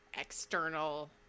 external